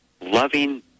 loving